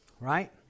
right